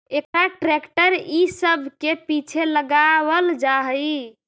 एकरा ट्रेक्टर इ सब के पीछे लगावल जा हई